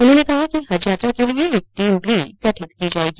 उन्होंने कहा कि हज यात्रा के लिए एक टीम भी गठित की जायेगी